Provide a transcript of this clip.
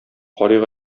карыйк